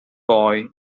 boy